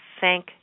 thank